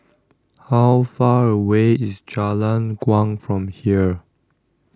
How Far away IS Jalan Kuang from here